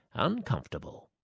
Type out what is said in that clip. Uncomfortable